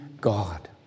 God